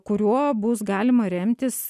kuriuo bus galima remtis